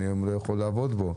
והיום אני לא יכול לעבוד בו.